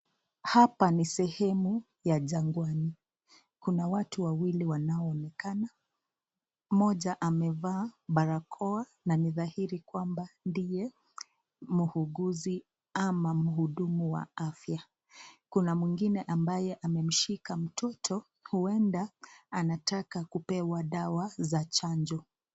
Hapa ni sehemu ya jangwani. Kuna watu wawili wanaonekana, mmoja amevaa barakoa na ni dhairi kwamba ndiye muuguzi ama mhudumu wa afya. Kuna mwingine ambaye amemshika mtoto, huenda anataka kupewa dawa za chanjo.